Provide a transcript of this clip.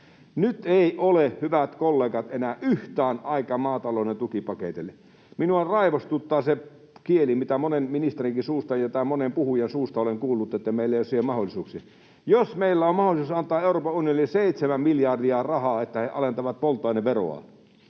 Nyt ei ole, hyvät kollegat, enää yhtään aikaa maatalouden tukipaketeilla. Minua raivostuttaa se kieli, mitä monen ministerinkin suusta ja täällä monen puhujan suusta olen kuullut, että meillä ei ole siihen mahdollisuuksia. Jos meillä on mahdollisuus antaa Euroopan unionille 7 miljardia rahaa, että he alentavat polttoaineveroa,